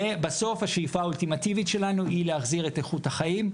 בסוף השאיפה האולטימטיבית שלנו היא להחזיר את איכות החיים,